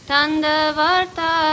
Tandavarta